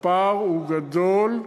הפער הוא גדול,